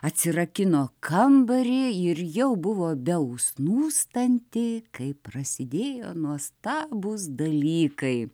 atsirakino kambarį ir jau buvo be užsnūstanti kai prasidėjo nuostabūs dalykai